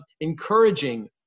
encouraging